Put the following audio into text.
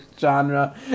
genre